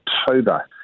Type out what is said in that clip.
October